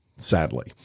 Sadly